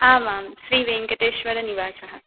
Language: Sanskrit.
आमां श्रीवेङ्कटेश्वरनिवासः